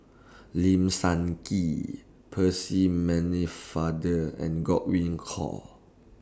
Lim Sun Gee Percy Many Father and Godwin Koay